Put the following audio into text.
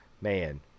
man